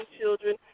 children